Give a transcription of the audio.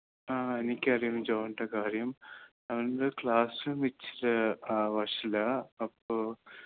ആ എനിക്കറിയാം ജോൺൻറ്റെ കാര്യം അവൻറ്റെ ക്ലാസ്റൂം ഇച്ചിരി ആ വഷളാ അപ്പോൾ